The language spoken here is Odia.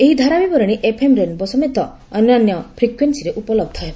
ଏହି ଧାରାବିବରଣୀ ଏଫଏମ୍ ରେନ୍ବୋ ସମେତ ଅନ୍ୟାନ୍ୟ ପ୍ରିକ୍ୟୁଏନସୀରେ ଉପଲବ୍ଧ ହେବ